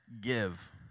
give